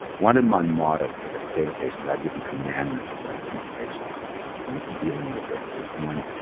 one of my mottos that i say to patients, i have different commandments that i teach patients in dealing with this is one,